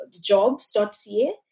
jobs.ca